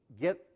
get